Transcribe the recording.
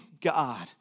God